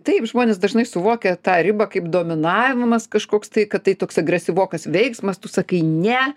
taip žmonės dažnai suvokia tą ribą kaip dominavimas kažkoks tai kad tai toks agresyvokas veiksmas tu sakai ne